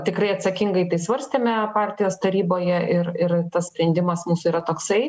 tikrai atsakingai tai svarstėme partijos taryboje ir ir tas sprendimas mūsų yra toksai